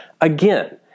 again